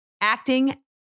acting